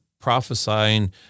prophesying